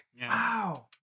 Wow